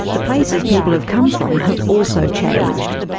the places people have come from have also changed.